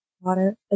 water